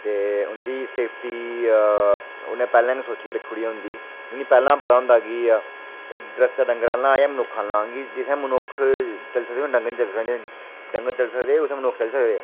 ते उं'दी सेफ्टी उ'नें पैह्लें गै सोच्चियै रक्खी ओड़ी ई होंदी उ'नें ई पैह्लें गै पता होंदा कि एह् दरख्त डंगरें आह्ला ऐ जां मनुक्खें आह्ला जित्थै मनुक्ख चली सकदे उत्थै डंगर निं चली सकदे जित्थै डंगर चली सकदे उत्थै मनुक्ख चली सकदे